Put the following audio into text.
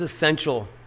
essential